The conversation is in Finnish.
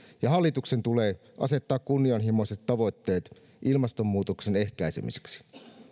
ja hallituksen tulee asettaa kunnianhimoiset tavoitteet ilmastonmuutoksen ehkäisemiseksi